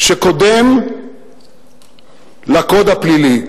שקודם לקוד הפלילי.